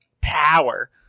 power